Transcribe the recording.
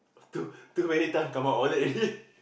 too too many time come out wallet already